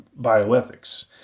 bioethics